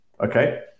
okay